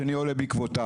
השני עולה בעקבותיו.